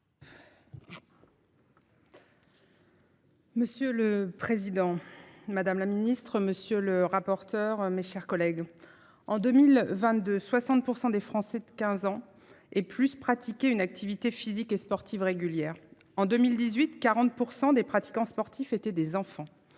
Monsieur le président, madame la ministre, monsieur le rapporteur. Mes chers collègues. En 2022 60 % des Français de 15 ans et plus. Pratiquer une activité physique et sportive régulière en 2018 40 % des pratiquants sportifs étaient des enfants.